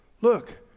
look